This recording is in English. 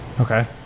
Okay